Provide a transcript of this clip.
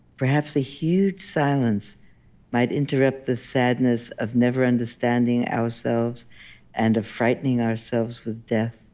perhaps the huge silence might interrupt this sadness of never understanding ourselves and of frightening ourselves with death.